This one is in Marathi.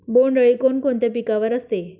बोंडअळी कोणकोणत्या पिकावर असते?